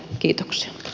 kiitoksia